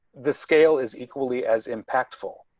the scale is equally as impactful.